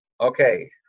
Okay